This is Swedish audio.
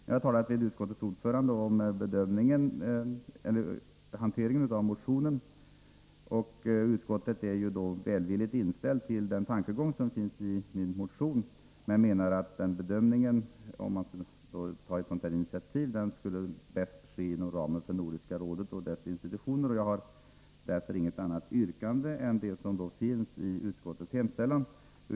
Jag har talat med utskottets ordförande om hanteringen av denna motion, och utskottet är välvilligt inställt till den tankegång som finns i min motion. Men utskottet gör den bedömningen, att om man skall ta ett sådant här initiativ, sker det bäst inom ramen för Nordiska rådet och dess institutioner. Jag har därför inget annat yrkande än om bifall till utskottets hemställan.